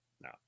No